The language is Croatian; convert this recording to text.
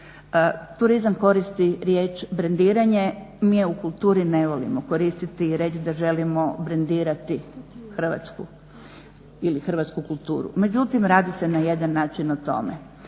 Turizam koristi riječ brendiranje, mi je u kulturi ne volimo koristiti i reći da želimo brendirati Hrvatsku ili hrvatsku kulturu. Međutim, radi se na jedan način o tome.